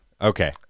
Okay